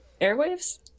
airwaves